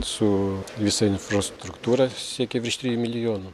su visa infrastruktūra siekė virš trijų milijonų